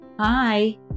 Hi